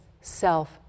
self